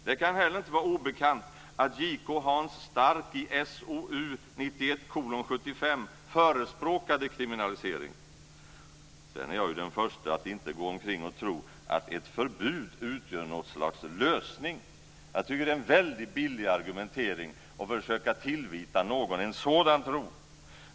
Det kan heller inte vara obekant att JK Hans Stark i SOU 1991:75 förespråkade kriminalisering. Sedan är jag den siste att gå omkring och tro att ett förbud utgör något slags lösning. Jag tycker att det är en väldigt billig argumentering att försöka tillvita någon en sådan tro.